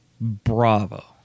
bravo